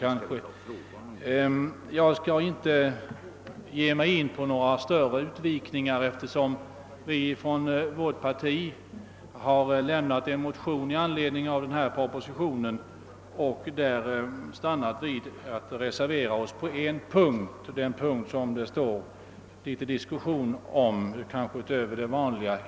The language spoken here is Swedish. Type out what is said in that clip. Jag skall här inte ge mig in på några större utvikningar. Vi har i vårt parti väckt en motion i anledning av proposition 159 och vi har reserverat oss bara på en punkt, nämligen den som det nu står litet mera diskussion om än om de övriga.